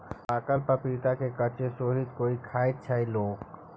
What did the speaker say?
पाकल पपीता केँ कांचे सोहि के खाइत छै लोक